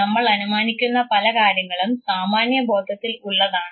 നമ്മൾ അനുമാനിക്കുന്ന പല കാര്യങ്ങളും സാമാന്യ ബോധത്തിൽ ഉള്ളതാണ്